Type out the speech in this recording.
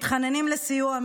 מתחננים לסיוע,